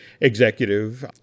executive